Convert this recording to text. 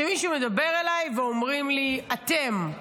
שמישהו מדבר אליי ואומים לי "אתם"